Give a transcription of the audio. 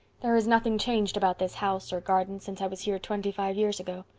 there is nothing changed about this house or garden since i was here twenty-five years ago.